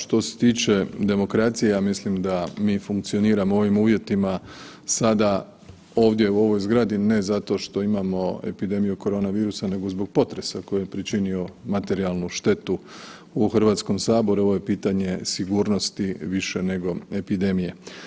Što se tiče demokracije ja mislim da mi funkcioniramo u ovim uvjetima sada ovdje u ovoj zgradi, ne zato što imamo epidemiju korona virusa nego zbog potresa koji je pričinio materijalnu štetu u Hrvatskom saboru, ovo je pitanje sigurnosti više nego epidemije.